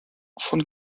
von